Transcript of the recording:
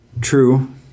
True